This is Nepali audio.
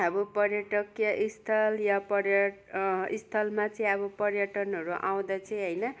अब पर्यटकीय स्थल या पर्य स्थलमा चाहिँ अब पर्यटनहरू आउँदा चाहिँ होइन